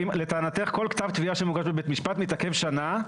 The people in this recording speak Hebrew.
לטענתך כל כתב תביעה שמוגש בבית משפט מתעכב שנה,